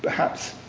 perhaps,